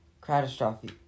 catastrophe